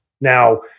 Now